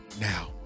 now